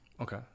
Okay